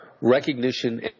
recognition